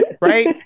Right